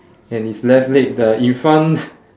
and his left leg the in front